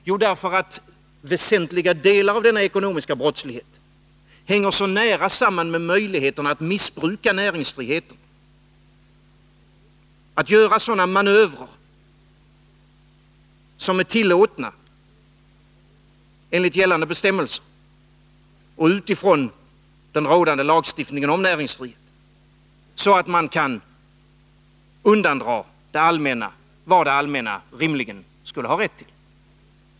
Jo, därför att väsentliga delar av denna brottslighet hänger så nära samman med möjligheterna att missbruka näringsfriheten, att göra manövrer som är tillåtna enligt gällande bestämmelser och utifrån den rådande lagstiftningen om näringsfrihet, så att man kan undandra det allmänna vad det allmänna rimligen skulle ha rätt till.